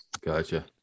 Gotcha